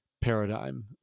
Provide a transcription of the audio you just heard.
paradigm